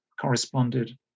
corresponded